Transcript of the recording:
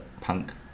punk